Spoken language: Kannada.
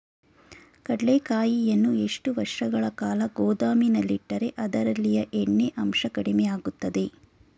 ಕಡ್ಲೆಕಾಯಿಯನ್ನು ಎಷ್ಟು ವರ್ಷಗಳ ಕಾಲ ಗೋದಾಮಿನಲ್ಲಿಟ್ಟರೆ ಅದರಲ್ಲಿಯ ಎಣ್ಣೆ ಅಂಶ ಕಡಿಮೆ ಆಗುತ್ತದೆ?